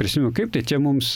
prisimenu kaip tai čia mums